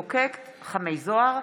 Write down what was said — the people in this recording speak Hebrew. העיר אילת או אזור עין בוקק-חמי זוהר),